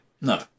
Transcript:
No